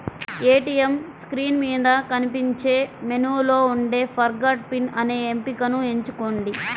ATM screen మీద కనిపించే మెనూలో ఉండే ఫర్గాట్ పిన్ అనే ఎంపికను ఎంచుకోండి